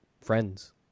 friends